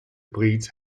breeds